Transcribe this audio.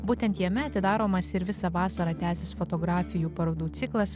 būtent jame atidaromas ir visą vasarą tęsis fotografijų parodų ciklas